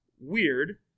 weird